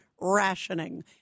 rationing